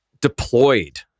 deployed